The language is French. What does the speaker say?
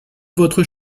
votre